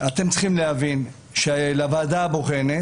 אתם צריכים להבין שלוועדה הבוחנת